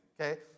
Okay